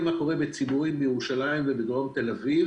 מה קורה בציבורים בירושלים ובדרום תל אביב